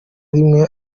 rimwe